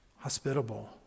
Hospitable